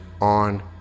on